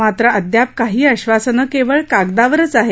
मात्र अद्याप काही आश्वासनं केवळ कागदावरच आहेत